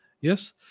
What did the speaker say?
Yes